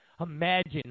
imagine